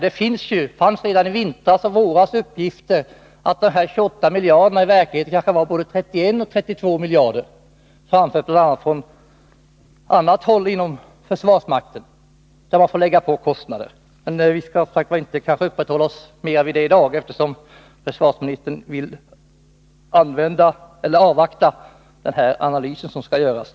Det framfördes redan i vintras och i våras uppgifter om att de 28 miljarderna i verkligheten var både 31 och 32 miljarder, bl.a. från annat håll inom försvarsmakten. Man får lägga på kostnader. Men vi skall kanske inte uppehålla oss mera vid det i dag, som sagt, eftersom försvarsministern vill avvakta den analys som skall göras.